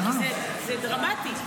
זה דרמטי.